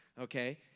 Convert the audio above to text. okay